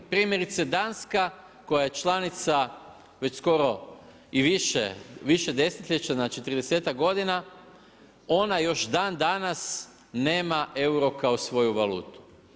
Primjerice Danska koja je članica već skoro i više desetljeća, znači tridesetak godina, ona još dan danas nema euro kao svoju valutu.